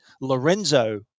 Lorenzo